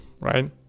right